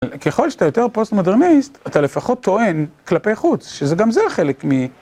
ככל שאתה יותר פוסט-מודרניסט, אתה לפחות טוען כלפי חוץ, שגם זה חלק מ...